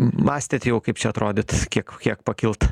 mąstėt jau kaip čia atrodyt kiek kiek pakilt